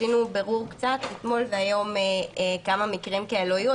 עשינו בירור קצת אתמול והיום כמה מקרים כאלו היו.